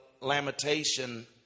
lamentation